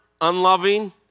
unloving